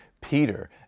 Peter